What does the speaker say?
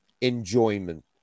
enjoyment